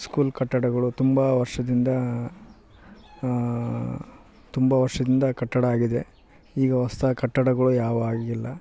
school ಕಟ್ಟಡಗಳು ತುಂಬ ವರ್ಷದಿಂದ ತುಂಬ ವರ್ಷದಿಂದ ಕಟ್ಟಡ ಆಗಿದೆ ಈಗ ಹೊಸ್ದಾಗಿ ಕಟ್ಟಡಗಳು ಯಾವು ಆಗಿಲ್ಲ